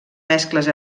mescles